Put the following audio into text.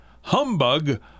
Humbug